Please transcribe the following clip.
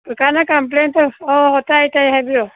ꯀꯀꯥꯅ ꯀꯝꯄ꯭ꯂꯦꯟ ꯇꯧ ꯑꯧ ꯇꯥꯏ ꯇꯥꯏ ꯍꯥꯏꯕꯤꯔꯛꯎ